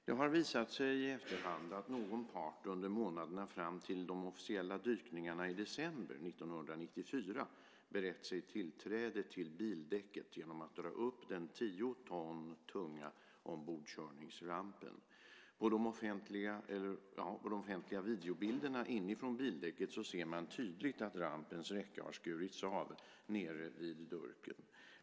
Det har visat sig i efterhand att någon part under månaderna fram till de officiella dykningarna i december 1994 berett sig tillträde till bildäcket genom att dra upp den tio ton tunga ombordkörningsrampen. På de offentliga videobilderna inifrån bildäcket ser man tydligt att rampens räcke har skurits av nere vid durken.